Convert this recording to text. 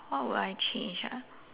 what will I change ah